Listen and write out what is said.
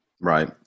Right